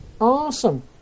awesome